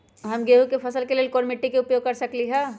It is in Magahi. हम गेंहू के फसल के लेल कोन मिट्टी के उपयोग कर सकली ह?